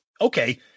okay